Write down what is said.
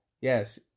yes